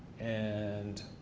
and